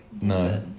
No